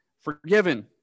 forgiven